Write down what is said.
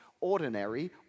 ordinary